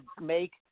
make